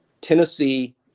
Tennessee